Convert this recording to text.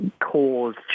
cause